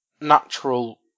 natural